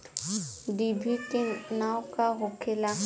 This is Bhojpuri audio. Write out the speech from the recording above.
डिभी के नाव का होखेला?